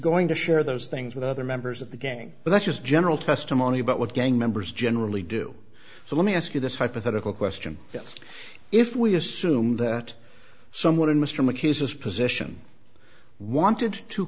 going to share those things with other members of the gang but that's just general testimony about what gang members generally do so let me ask you this hypothetical question if we assume that someone in mr mchugh says position wanted to